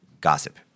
gossip